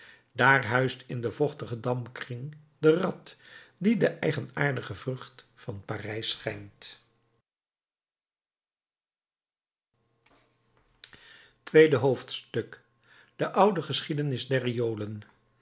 daar huist in den vochtigen dampkring de rat die de eigenaardige vrucht van parijs schijnt tweede hoofdstuk de oude geschiedenis